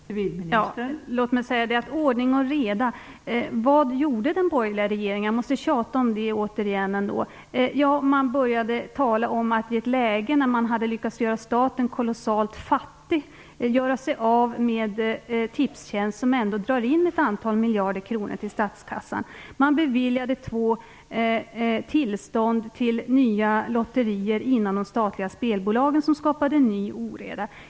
Fru talman! Lennart Brunander talar om ordning och reda. Vad gjorde den borgerliga regeringen? Jag måste återigen tjata om detta. I ett läge där man lyckats göra staten kolossalt fattig ville man göra sig av med Tipsjänst, som ändå drar in ett antal miljarder kronor till statskassan. Den dåvarande regeringen beviljade två tillstånd till nya lotterier inom de statliga spelbolagen som skapade stor oreda.